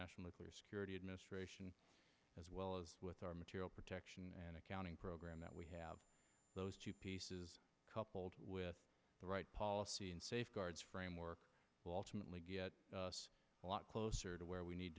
national security administration as well as with our material protection and accounting program that we have those two pieces coupled with the right policy and safeguards framework will ultimately get us a lot closer to where we need